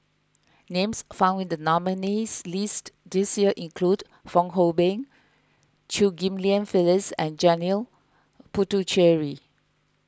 names found in the nominees' list this year include Fong Hoe Beng Chew Ghim Lian Phyllis and Janil Puthucheary